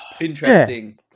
interesting